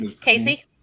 Casey